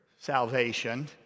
salvation